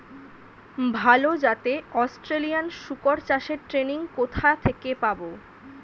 ভালো জাতে অস্ট্রেলিয়ান শুকর চাষের ট্রেনিং কোথা থেকে পাব?